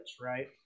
right